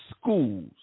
schools